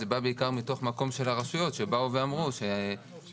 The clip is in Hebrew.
זה בא בעיקר מתוך מקום של הרשויות שבאו ואמרו שככל